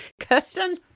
kirsten